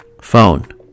phone